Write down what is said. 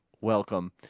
welcome